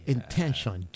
Intention